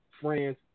friends